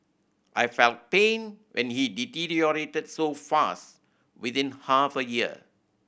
I felt pain when he deteriorated so fast within half a year